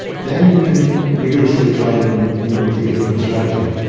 then you can vigorously try and you know take a different strategy.